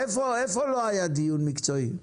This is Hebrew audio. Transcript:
איפה לא היה דיון מקצועי?